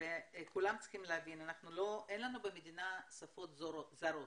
וכולם צריכים להבין, אין לנו במדינה שפות זרות,